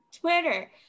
Twitter